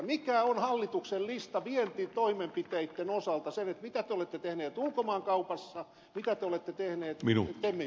mikä on hallituksen lista vientitoimenpiteitten osalta siinä mitä te olette tehneet ulkomaankaupassa mitä te olette tehneet temmin puolella